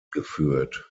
geführt